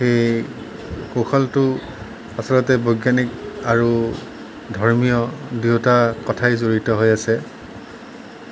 সেই কৌশলটো আচলতে বৈজ্ঞানিক আৰু ধৰ্মীয় দুয়োটা কথাই জড়িত হৈ আছে